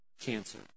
cancer